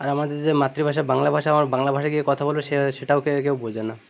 আর আমাদের যে মাতৃভাষা বাংলা ভাষা আমার বাংলা ভাষায় গিয়ে কথা বলব সে সেটাও কেউ কেউ বোঝে না